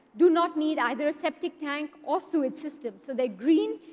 do not need either a septic tank or sewage system. so they're green.